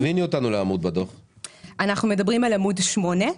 זה בעמוד שמונה,